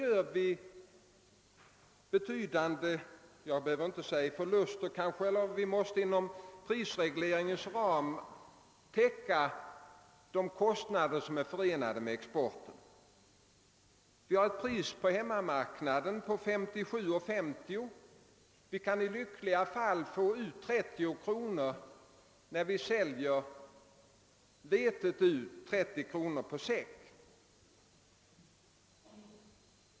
Jag skall kanske inte säga att vi därvid gör betydande förluster, men vi måste i varje fall inom ramen för prisregleringen täcka de kostnader som är förenade med export. Priset på hemmamarknaden ligger på 57:50 kr. per säck. Vi kan i gynnsamma fall få ut 30 kronor för en säck när vi exporte rar vetet.